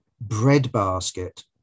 breadbasket